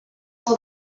for